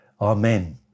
Amen